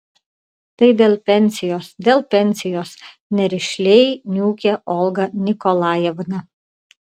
tai dėl pensijos dėl pensijos nerišliai niūkė olga nikolajevna